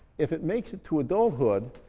if it makes it to adulthood,